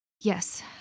Yes